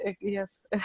yes